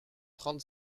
trente